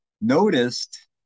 noticed